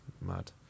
mad